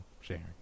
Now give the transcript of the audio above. sharing